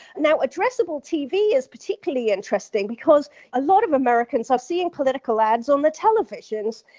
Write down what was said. now, addressable tv is particularly interesting because a lot of americans are seeing political ads on the televisions.